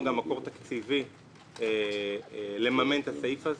גם הבאנו מקור תקציבי לממן את הסעיף הזה,